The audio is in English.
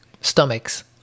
stomachs